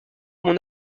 mon